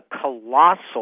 colossal